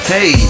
Hey